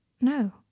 No